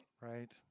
Right